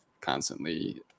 constantly